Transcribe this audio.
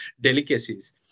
delicacies